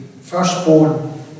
firstborn